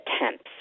attempts